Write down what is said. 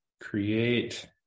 create